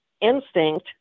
instinct